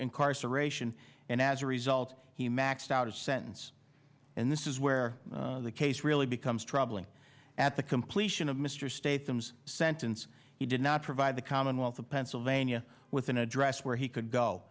incarceration and as a result he maxed out a sentence and this is where the case really becomes troubling at the completion of mr state's thems sentence he did not provide the commonwealth of pennsylvania with an address where he could go